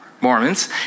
Mormons